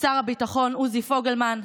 שר הביטחון, עוזי פוגלמן,